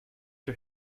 her